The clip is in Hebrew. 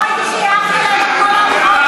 לא ראיתי שהערת להם על כל האמירות שלהם.